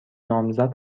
نامزد